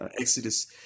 Exodus